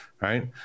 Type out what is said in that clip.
right